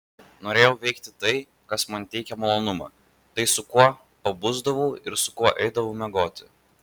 norėjau veikti tai kas man teikia malonumą tai su kuo pabusdavau ir su kuo eidavau miegoti